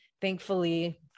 Thankfully